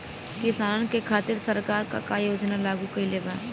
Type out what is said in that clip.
किसानन के खातिर सरकार का का योजना लागू कईले बा?